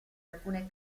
alcune